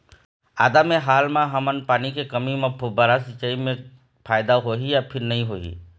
आदा मे हाल मा हमन पानी के कमी म फुब्बारा सिचाई मे फायदा होही या फिर नई होही?